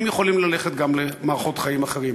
יכולים ללכת גם למערכות חיים אחרות,